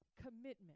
Commitment